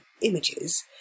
images